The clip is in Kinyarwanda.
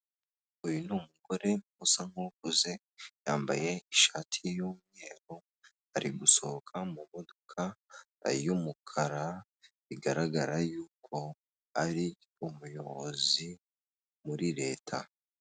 Uyu ni umugore usa nk'ukuze, yambaye ishati y'umweru, arigusohoka mu modoka y'umukara. Bigaragara ko ari umuyobozi muri Leta.